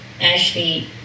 Ashley